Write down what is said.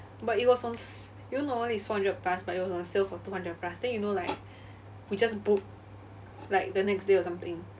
but it was on s~ you know it's four hundred plus but it was on sale for two hundred plus then you know like we just book like the next day or something